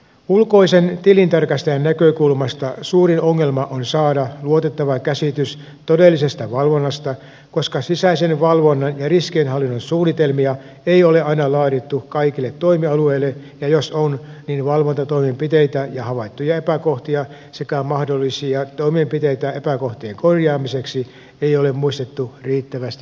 ulkoisen tilintarkastajan näkökulmasta suurin ongelma on saada luotettava käsitys todellisesta valvonnasta koska sisäisen valvonnan ja riskien hallinnan suunnitelmia ei ole aina laadittu kaikille toimialueille ja jos on niin valvontatoimenpiteitä ja havaittuja epäkohtia sekä mahdollisia toimenpiteitä epäkohtien korjaamiseksi ei ole muistettu riittävästi dokumentoida